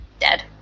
dead